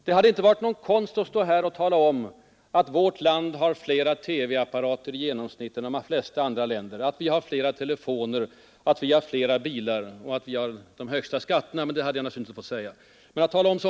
Det hade inte varit någon konst att stå här och tala om att vårt land har flera TV-apparater i genomsnitt än de flesta andra länder, att vi har flera telefoner, att vi har flera bilar — och att vi har de högsta skatterna, men det hade jag naturligtvis inte fått säga.